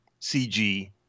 CG